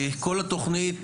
כל התוכנית,